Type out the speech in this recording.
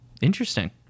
interesting